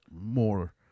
more